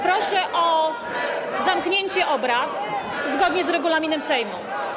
Proszę o zamknięcie obrad zgodnie z regulaminem Sejmu.